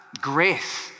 grace